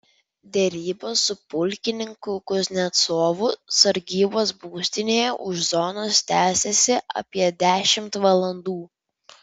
derybos su pulkininku kuznecovu sargybos būstinėje už zonos tęsėsi apie dešimt valandų